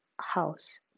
house